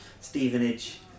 Stevenage